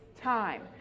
time